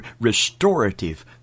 restorative